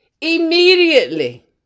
immediately